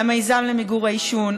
למיזם למיגור העישון,